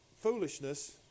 foolishness